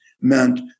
meant